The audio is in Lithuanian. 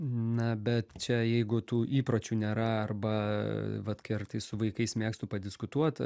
na bet čia jeigu tų įpročių nėra arba vat kartais su vaikais mėgstu padiskutuot